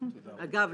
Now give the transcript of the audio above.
אגב,